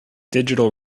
digital